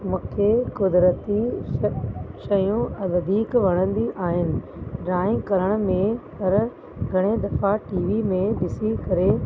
मूंखे कुदिरती स शयूं वधीक वणंदी आहिनि ड्रॉइंग करण में अगरि घणेई दफ़ा टी वी में ॾिसी करे